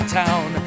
town